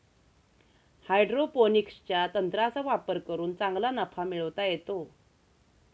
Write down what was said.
हायड्रोपोनिक्सच्या तंत्राचा वापर करून चांगला नफा मिळवता येतो